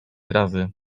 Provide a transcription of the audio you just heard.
razy